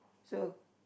so